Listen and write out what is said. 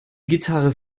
gitarre